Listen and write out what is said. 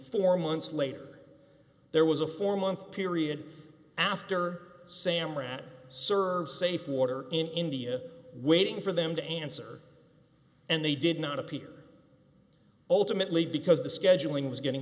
four months later there was a four month period after samrat served safe water in india waiting for them to answer and they did not appear ultimately because the scheduling was getting